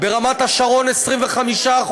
ברמת-השרון 25%,